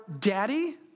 Daddy